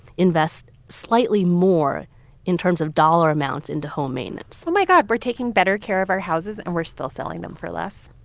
invest slightly more in terms of dollar amounts into home maintenance oh, my god. we're taking better care of our houses, and we're still selling them for less